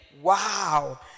Wow